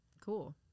Cool